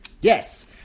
yes